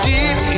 Deep